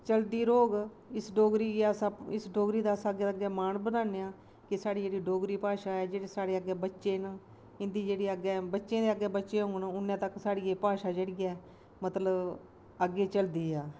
चलदी रौह्ग इस डोगरी गी अस इस डोगरी दा अस अग्गैं अग्गैं मान बधाने आं कि साढ़ी जेह्ड़ी डोगरी भाशा ऐ जेह्के साढ़े अग्गैं बच्चे न इदें जेह्ड़े बच्चें दै अग्गैं बच्चे होंगन उन्नै तक साढ़ी एह् भासा जेह्की ऐ मतलव अग्गैं चलदी ऐ